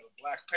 Black